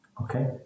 Okay